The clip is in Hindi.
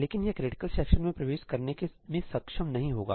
लेकिन यह क्रिटिकल सेक्शन में प्रवेश करने में सक्षम नहीं होगा